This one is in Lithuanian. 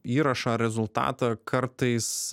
įrašą ar rezultatą kartais